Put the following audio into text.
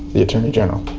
the attorney general